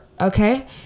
okay